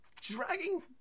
dragging